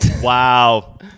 Wow